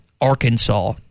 Arkansas